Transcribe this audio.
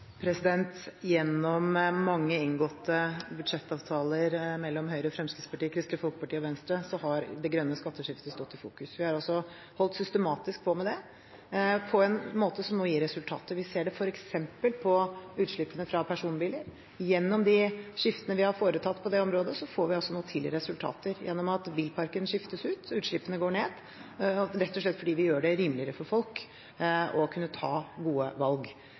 Gjennom mange inngåtte budsjettavtaler mellom Høyre, Fremskrittspartiet, Kristelig Folkeparti og Venstre har det grønne skatteskiftet stått i fokus. Vi har holdt systematisk på med det, på en måte som nå gir resultater. Vi ser det f.eks. på utslippene fra personbiler. Gjennom de skiftene vi har foretatt på det området, får vi nå til resultater gjennom at bilparken skiftes ut, og at utslippene går ned – rett og slett fordi vi gjør det rimeligere for folk å kunne ta gode valg.